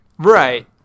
Right